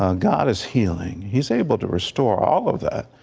ah god is healing. he is able to restore all of that.